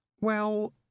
Well